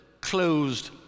closed